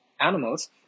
animals